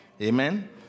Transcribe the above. Amen